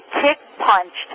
kick-punched